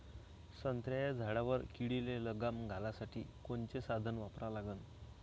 संत्र्याच्या झाडावर किडीले लगाम घालासाठी कोनचे साधनं वापरा लागन?